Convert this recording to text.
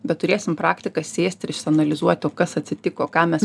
bet turėsim praktiką sėst ir analizuoti o kas atsitiko ką mes